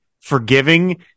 forgiving